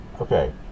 Okay